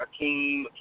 Akeem